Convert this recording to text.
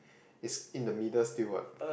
it's in the middle still what